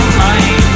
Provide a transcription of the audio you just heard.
mind